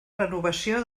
renovació